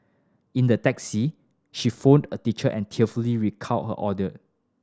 in the taxi she phoned a teacher and tearfully recount her ordeal